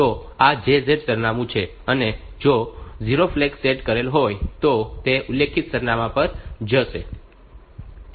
તો આ JZ સરનામું છે અને જો 0 ફ્લેગ સેટ કરેલ હોય તો તે ઉલ્લેખિત સરનામાં પર જશે